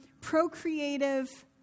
procreative